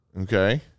okay